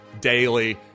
daily